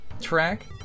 track